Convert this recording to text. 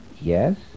Yes